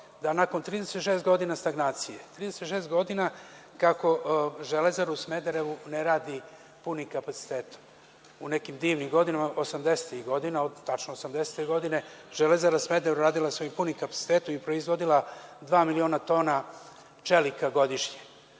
nakon 36 godina stagnacije, 36 godina kako Železara u Smederevu ne radi punim kapacitetom. U nekim divnim godinama, 80-tih godina, tačno 1980. godine Železara Smederevo je radila svojim punim kapacitetom i proizvodila dva miliona tona čelika godišnje.